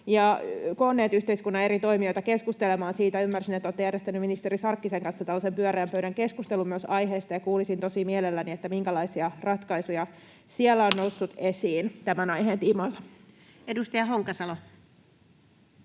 koonneet yhteis-kunnan eri toimijoita keskustelemaan siitä — ymmärsin, että olette järjestänyt ministeri Sarkkisen kanssa myös tällaisen pyöreän pöydän keskustelun aiheesta. Kuulisin tosi mielelläni, minkälaisia ratkaisuja siellä on noussut esiin tämän aiheen tiimoilta. [Speech 14]